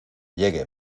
llegue